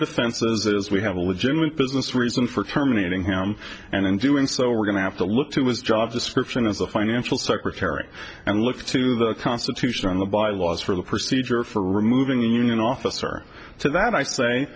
defenses is we have a legitimate business reason for terminating him and in doing so we're going to have to look to his job description as a financial secretary and look to the constitution and the bylaws for the procedure for removing the union officer so that i say